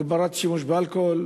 הגבלת שימוש באלכוהול.